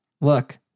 Look